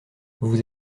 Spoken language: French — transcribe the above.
vous